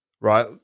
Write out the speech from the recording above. right